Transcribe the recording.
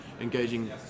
engaging